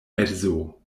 edzo